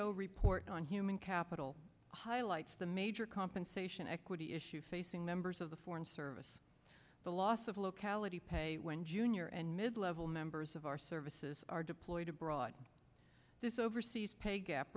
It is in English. o report on human capital highlights the major compensation equity issue facing members of the foreign service the loss of locality pay when junior and mid level members of our services are deployed abroad this overseas pay gap